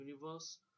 universe